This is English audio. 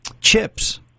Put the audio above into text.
Chips